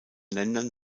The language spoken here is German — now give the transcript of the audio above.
ländern